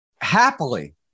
happily